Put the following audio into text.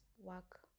work